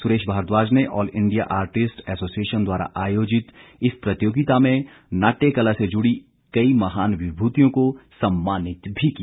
सुरेश भारद्वाज ने all India artist association द्वारा आयोजित इस प्रतियोगिता में नाट्य कला से जुड़ी कई महान विभूतियों को सम्मानित भी किया